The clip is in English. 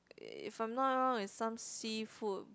if I'm not wrong is some seafood